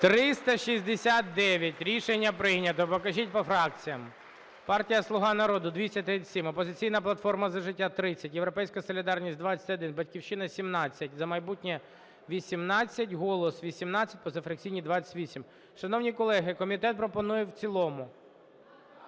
За-369 Рішення прийнято. Покажіть по фракціям. Партія "Слуга народу" – 237, "Опозиційна платформа – За життя" - 30, "Європейська солідарність" - 21,"Батьківщина" – 17, "За майбутнє" - 18, "Голос" - 18, позафракційні – 28. Шановні колеги, комітет пропонує в цілому.